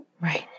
Right